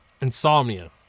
insomnia